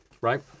right